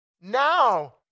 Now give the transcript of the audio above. now